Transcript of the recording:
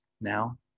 Now